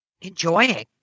enjoying